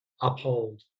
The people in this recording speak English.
uphold